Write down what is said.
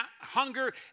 hunger